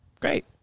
great